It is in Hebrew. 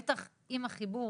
בטח עם החיבור